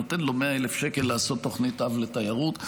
נותן לו 100,000 שקל לעשות תוכנית-אב לתיירות,